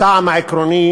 הטעם העקרוני